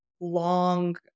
long